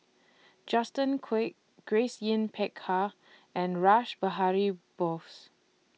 Justin Quek Grace Yin Peck Ha and Rash Behari Bose